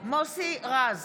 מוסי רז,